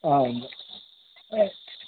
अँ ए